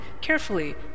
carefully